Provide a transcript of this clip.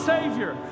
Savior